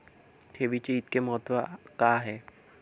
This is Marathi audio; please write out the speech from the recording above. ठेवीचे इतके महत्व का आहे?